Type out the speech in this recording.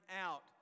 out